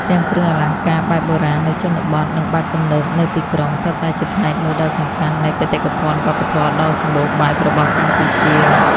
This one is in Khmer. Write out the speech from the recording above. ទាំងគ្រឿងអលង្ការបែបបុរាណនៅជនបទ និងបែបទំនើបនៅទីក្រុង សុទ្ធតែជាផ្នែកមួយដ៏សំខាន់នៃបេតិកភណ្ឌវប្បធម៌ដ៏សម្បូរបែបរបស់កម្ពុជា។